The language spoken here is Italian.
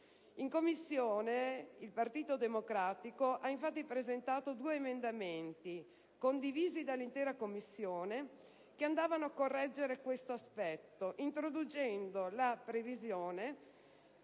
In Commissione il Partito Democratico ha presentato due emendamenti, condivisi dall'intera Commissione, che andavano a correggere questo aspetto, prevedere un